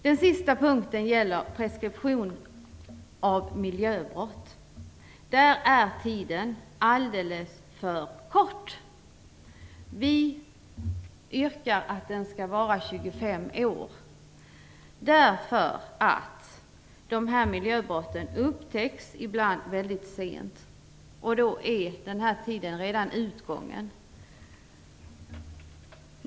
Den sista punkten gäller preskriptionstiden för miljöbrott. Den preskriptionstiden är alldeles för kort. Vi yrkar att den skall vara 25 år, därför att miljöbrott ibland upptäcks väldigt sent. Då är preskriptionstiden redan utgången.